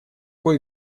кое